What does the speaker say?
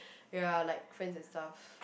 ya like friend and stuff